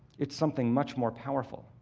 it's something much more powerful.